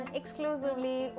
exclusively